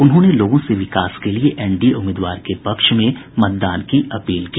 उन्होंने लोगों से विकास के लिए एनडीए उम्मीदवार के पक्ष में मतदान की अपील की